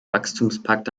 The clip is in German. wachstumspakt